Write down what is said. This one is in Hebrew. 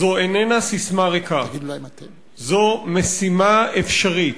זו איננה ססמה ריקה, זו משימה אפשרית.